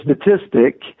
statistic